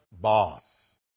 boss